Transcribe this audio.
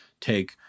take